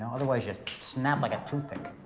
otherwise, you snap like a toothpick.